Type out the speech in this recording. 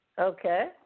okay